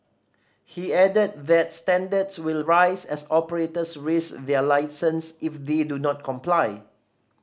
he added that standards will rise as operators risk their licence if they do not comply